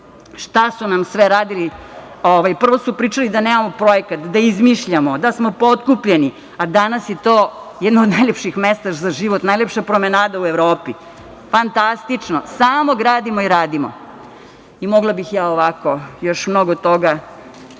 šta su nam sve radili. Prvo su pričali da nemamo projekat, da izmišljamo, da smo potkupljeni, a danas je to jedno od najlepših mesta za život, najlepša promenada u Evropi, fantastično. Samo gradimo i radimo. Mogla bih ja ovako još mnogo toga,